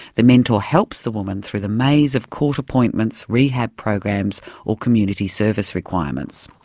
the mentor helps the woman through the maze of court appointments, rehab programs or community service requirements.